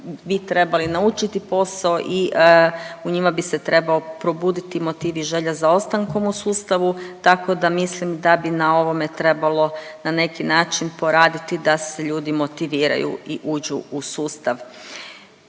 bi trebali naučiti posao i u njima bi se trebao probuditi motiv i želja za ostankom u sustavu, tako da mislim da bi na ovome trebalo na neki način poraditi da se ljudi motiviraju i uđu u sustav.